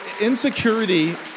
Insecurity